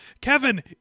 Kevin